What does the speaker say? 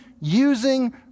using